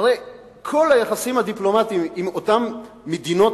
הרי כל היחסים הדיפלומטיים עם אותן מדינות